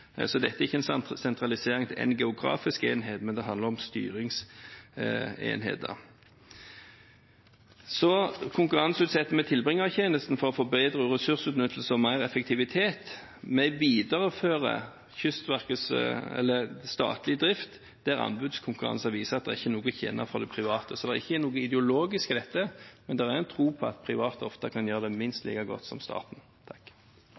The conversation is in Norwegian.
Så dette er ikke en sentralisering til en geografisk enhet, det handler om styringsenheter. Så konkurranseutsetter vi tilbringertjenesten for å få bedre ressursutnyttelse og mer effektivitet. Vi viderefører statlig drift der anbudskonkurranse viser at det ikke er noe å tjene for det private. Så det er ikke noe ideologisk i dette, men det er en tro på at private ofte kan gjøre det minst like godt som staten.